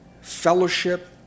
fellowship